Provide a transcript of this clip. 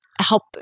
help